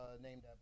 Named